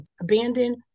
abandoned